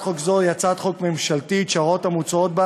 יציג אותה,